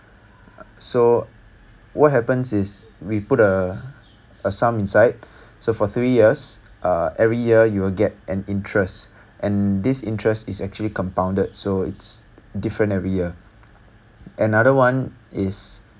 so what happens is we put a sum inside so for three years uh every year you will get an interest and this interest is actually compounded so it's different every year another one is